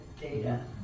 data